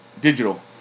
digital